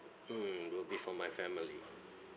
mm will be for my family